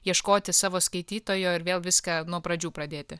ieškoti savo skaitytojo ir vėl viską nuo pradžių pradėti